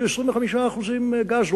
שיהיו 25% גז,